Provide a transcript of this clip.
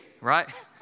right